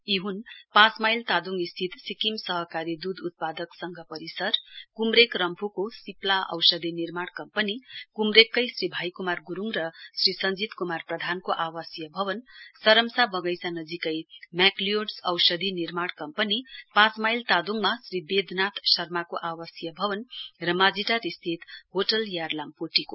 यी हन् पाँच माईल तादोङ स्थित सिक्किम सहकारी दूध उत्पादक संघ परिसर कुमरेक रम्फूको सिप्ला औषधि निर्माण कम्पनी कुमरेककै श्री भाई कुमार गुरूङको आवासीय र श्री सञ्जीत कुमार प्रधानको आवासीय भवन सरम्सा वधैचा नजीकै म्याकलियोड्स औषधि निर्माण कम्पनी पाँच माईल तादोङमा श्री बेदनाथ शर्माको आवासीय भवन र माजिटार स्थित होटल यारलाम पोर्टिको